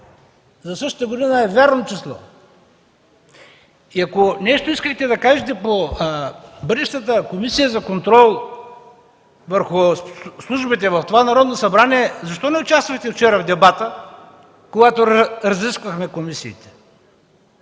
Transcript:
за същата година, е вярно число. И ако искахте да кажете нещо по бъдещата комисия за контрол върху службите в това Народно събрание – защо не участвахте вчера в дебата, когато разисквахме комисиите?